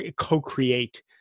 co-create